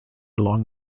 long